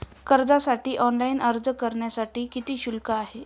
कर्जासाठी ऑनलाइन अर्ज करण्यासाठी किती शुल्क आहे?